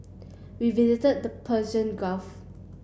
we visited the Persian Gulf